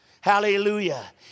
Hallelujah